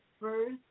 first